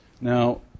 Now